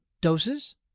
doses